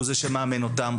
הוא זה שמאמן אותם.